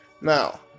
Now